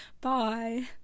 Bye